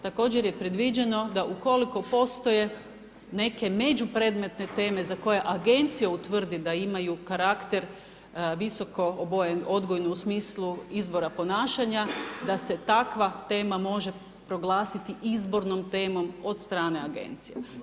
Također je predviđeno da ukoliko postoje neke međupredmetne teme za koje agencija utvrdi da imaju karakter visoko obojen odgojni u smislu izbora ponašanja da se takva tema može proglasiti izbornom temom od strane agencije.